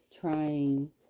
trying